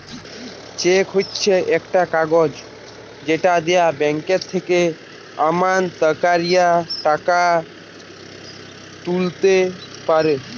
check হচ্ছে একটা কাগজ যেটা দিয়ে ব্যাংক থেকে আমানতকারীরা টাকা তুলতে পারে